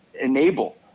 enable